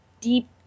deep